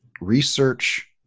research